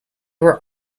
were